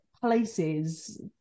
places